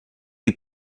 you